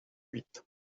huit